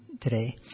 today